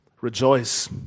rejoice